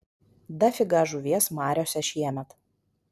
dafiga žuvies mariose šiemet